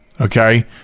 okay